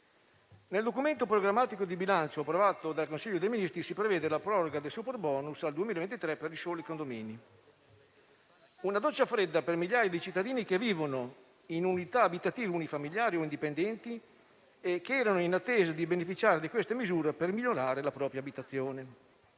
Nel Documento programmatico di bilancio approvato dal Consiglio dei ministri si prevede, infatti, la proroga del superbonus al 2023 per i soli condomini: una doccia fredda per migliaia di cittadini che vivono in unità abitative unifamiliari indipendenti e che erano in attesa di beneficiare di queste misure per migliorare la propria abitazione.